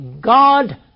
God